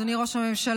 אדוני ראש הממשלה,